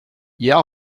hier